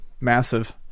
Massive